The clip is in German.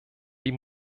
die